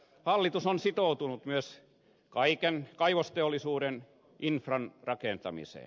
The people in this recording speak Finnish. hallitus on sitoutunut myös kaiken kaivosteollisuuden infran rakentamiseen